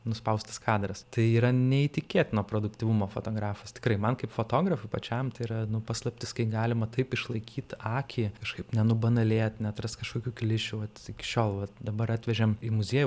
nuspaustas kadras tai yra neįtikėtino produktyvumo fotografas tikrai man kaip fotografui pačiam tai yra nu paslaptis kai galima taip išlaikyt akį kažkaip nesubanalėt neatrast kažkokių klišių vat iki šiol vat dabar atvežėm į muziejų